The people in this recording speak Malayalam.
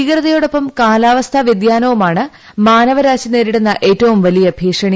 ഭീകരതയോടൊപ്പം കാലാവസ്ഥ വൃതിയാനമാണ് മാനവരാശി നേരിടുന്ന ഏറ്റവും വലിയ ഭീഷണി